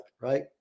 Right